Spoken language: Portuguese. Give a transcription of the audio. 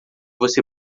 você